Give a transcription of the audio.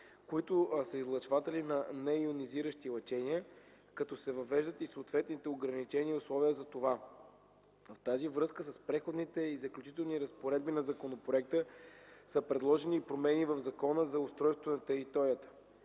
които са излъчватели на нейонизиращи лъчения, като се въвеждат и съответните ограничения и условия за това. В тази връзка с Преходните и заключителни разпоредби на законопроекта са предложени и промени в Закона за устройство на територията.